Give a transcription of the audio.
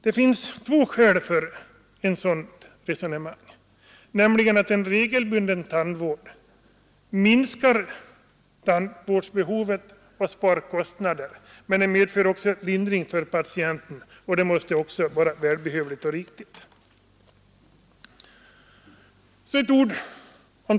Det finns två skäl för ett sådant resonemang, nämligen att en regelbunden tandvård för det första minskar tandvårdsbehovet och sparar kostnader och för det andra ger lindring för patienten, vilket är välbehövligt och riktigt.